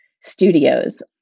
studios